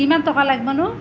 কিমান টকা লাগিবনো